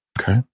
Okay